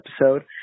episode